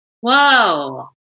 Whoa